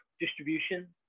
distribution